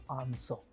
answer